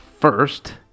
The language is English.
first